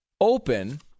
open